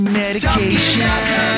medication